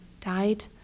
died